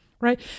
right